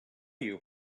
you